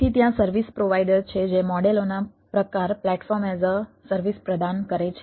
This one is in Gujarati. તેથી ત્યાં સર્વિસ પ્રોવાઈડર છે જે મોડેલોના પ્રકાર પ્લેટફોર્મ એઝ અ સર્વિસ પ્રદાન કરે છે